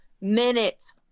minutes